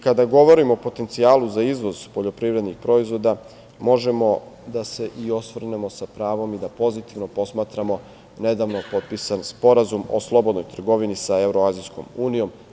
Kada govorimo o potencijalu za izvoz poljoprivrednih proizvoda, možemo da se i osvrnemo, sa pravom, i da pozitivno posmatramo nedavno potpisan Sporazum o slobodnoj trgovini sa Evroazijskom unijom.